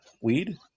weed